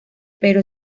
pero